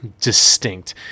distinct